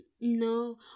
No